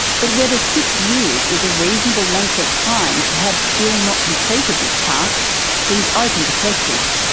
but whether six years is a reasonable length of time to have still not completed this task seems open to question.